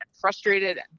frustrated